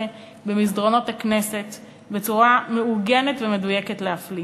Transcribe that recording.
במסדרונות הכנסת בצורה מאורגנת ומדויקת להפליא.